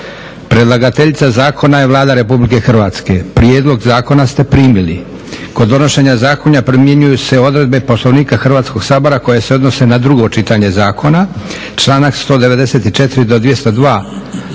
Predlagateljica Zakona je Vlada Republike Hrvatske. Prijedlog zakona ste primili. Kod donošenja Zakona primjenjuju se odredbe Poslovnika Hrvatskoga sabora koje se odnose na drugo čitanje zakona. Članak 194. do 202.